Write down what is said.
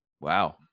wow